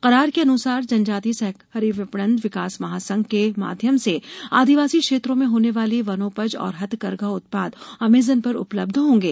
करार के अनुसार जनजाति सहकारी विपणन विकास महासंघ ट्राईफेड के माध्यम ये आदिवासी क्षेत्रों होने वाली वनोपज और हथकरघा उत्पाद अमेजन पर उपलब्ध होंगे